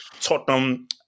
Tottenham